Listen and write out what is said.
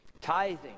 tithing